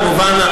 כמובן,